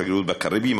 השגרירות בקריביים,